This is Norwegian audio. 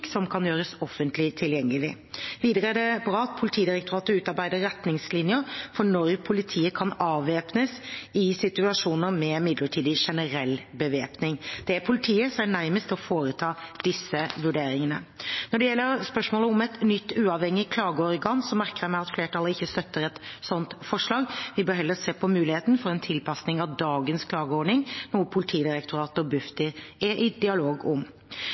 som kan gjøres offentlig tilgjengelig. Videre er det bra at Politidirektoratet utarbeider retningslinjer for når politiet kan avvæpnes i situasjoner med midlertidig generell bevæpning. Det er politiet som er nærmest til å foreta disse vurderingene. Når det gjelder spørsmålet om et nytt uavhengig klageorgan, merker jeg meg at flertallet ikke støtter et slik forslag. Vi bør heller se på muligheten for en tilpasning av dagens klageordning, noe Politidirektoratet og Bufdir er i dialog om.